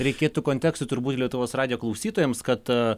reikėtų konteksto turbūt lietuvos radijo klausytojams kad